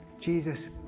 Jesus